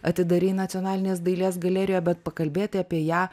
atidarei nacionalinės dailės galerijoje bet pakalbėti apie ją